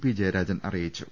P Jayarajan അറി യിച്ചു